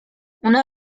una